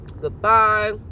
Goodbye